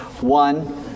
One